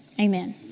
Amen